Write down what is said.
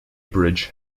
bridge